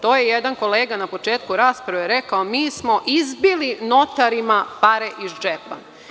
To je jedan kolega na početku rasprave rekao – mi smo izbili notarima pare iz džepa.